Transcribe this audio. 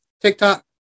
TikTok